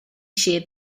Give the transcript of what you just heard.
sheared